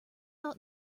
out